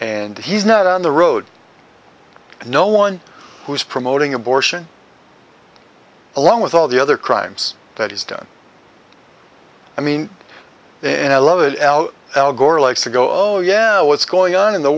and he's not on the road and no one who's promoting abortion along with all the other crimes that he's done i mean and i love it al gore likes to go oh yeah what's going on in the